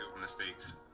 mistakes